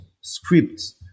scripts